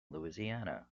louisiana